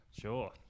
Sure